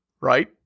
right